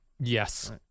Yes